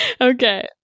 okay